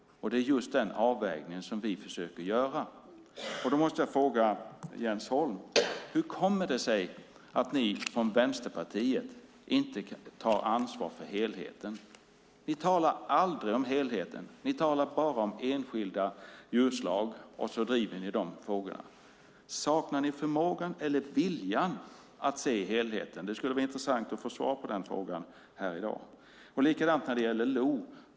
Det är just den avvägningen vi försöker göra, och därför måste jag fråga Jens Holm hur det kommer sig att ni från Vänsterpartiet inte tar ansvar för helheten. Ni talar aldrig om helheten. Ni talar bara om enskilda djurslag, och så driver ni de frågorna. Saknar ni förmågan eller viljan att se helheten? Det skulle vara intressant att få svar på den frågan här i dag. Det är likadant när det gäller lo.